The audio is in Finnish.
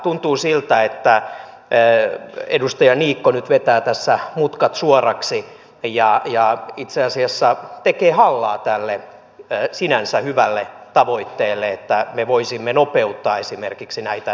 tuntuu siltä että edustaja niikko nyt vetää tässä mutkat suoriksi ja itse asiassa tekee hallaa tälle sinänsä hyvälle tavoitteelle että me voisimme nopeuttaa esimerkiksi näitä karkotuksia